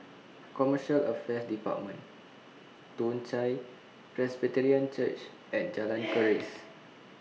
Commercial Affairs department Toong Chai Presbyterian Church and Jalan Keris